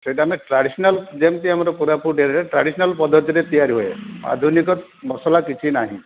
ସେଇଟା ଆମେ ଟ୍ରାଡ଼ିସ୍ନାଲ୍ ଯେମତି ଆମର କୋରାପୁଟ ଏରିଆରେ ଟ୍ରାଡ଼ିସ୍ନାଲ୍ ପଦ୍ଧତିରେ ତିଆରି ହୁଏ ଆଧୁନିକ ମସଲା କିଛି ନାହିଁ